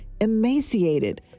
emaciated